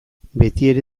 betiere